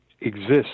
exists